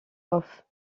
offs